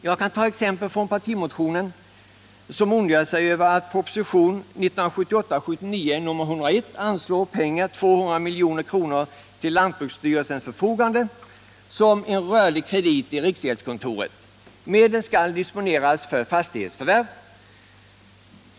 Jag kan ta exempel från partimotionen som ondgör sig över att propositionen 1978/79:101 ställer pengar, 200 milj.kr., till lantbruksstyrelsens förfogande som en rörlig kredit i riksgäldskontoret. Medlen skall disponeras för fastighetsförvärv.